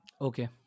Okay